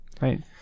right